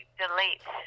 delete